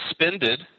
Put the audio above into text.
suspended